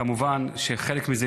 כמובן שחלק מזה,